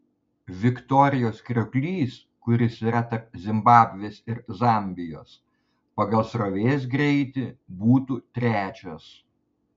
viktorijos krioklys kuris yra tarp zimbabvės ir zambijos pagal srovės greitį būtų trečias